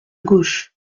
gauche